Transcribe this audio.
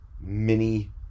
mini